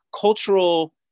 cultural